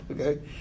okay